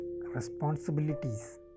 responsibilities